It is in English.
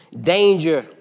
danger